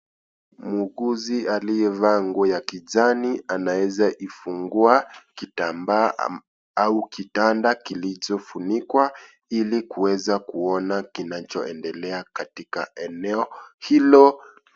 Muuguzi aliyevaa nguo ya kijani anazifungua kitamba au kitanda kilichofunikwa ili kuweza kuona kinachoendelea katika eneo hilo.